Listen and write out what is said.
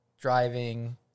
driving